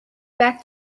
back